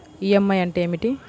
EMI అంటే ఏమిటి?